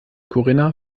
corinna